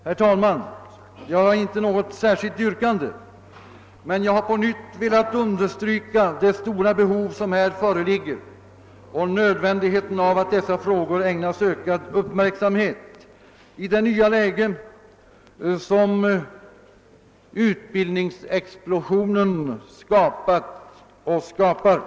Herr talman! Jag har inte något särskilt yrkande, men jag har på nytt velat understryka nödvändigheten av att dessa frågor ägnas ökad uppmärksamhet i det nya läge som utbildningsexplosionen skapat och skapar.